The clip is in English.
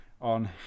on